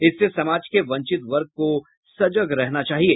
इससे समाज के वंचित वर्ग को सजग रहना चाहिए